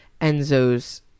Enzo's